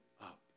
up